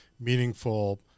meaningful